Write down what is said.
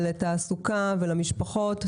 לתעסוקה ולמשפחות.